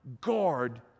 guard